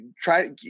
Try